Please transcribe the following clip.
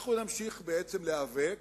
אנחנו נמשיך להיאבק